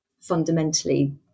fundamentally